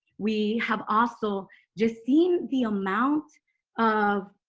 we have also just seen the amount of